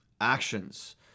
actions